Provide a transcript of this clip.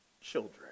children